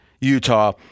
Utah